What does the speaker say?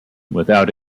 without